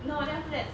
no then after that